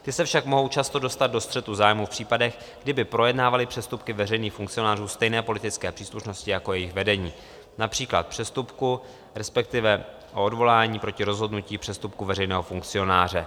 Ty se však mohou často dostat do střetu zájmů v případech, kdy by projednávaly přestupky veřejných funkcionářů stejné politické příslušnosti jako jejich vedení, například přestupku, respektive o odvolání proti rozhodnutí přestupku veřejného funkcionáře.